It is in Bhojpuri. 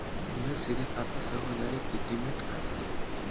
निवेश सीधे खाता से होजाई कि डिमेट खाता से?